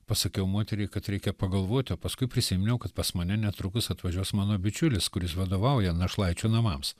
pasakiau moteriai kad reikia pagalvoti o paskui prisiminiau kad pas mane netrukus atvažiuos mano bičiulis kuris vadovauja našlaičių namams